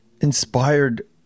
inspired